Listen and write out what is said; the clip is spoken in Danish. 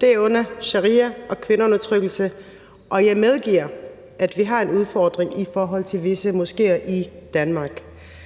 herunder sharia og kvindeundertrykkelse. Og jeg medgiver, at vi har en udfordring i forhold til visse moskéer i Danmark.